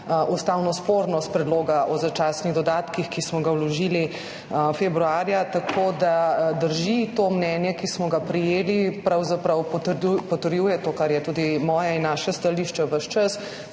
ustavno spornost predloga o začasnih dodatkih, ki smo ga vložili februarja. Tako da drži. To mnenje, ki smo ga prejeli, pravzaprav potrjuje to, kar je tudi moje in naše stališče ves čas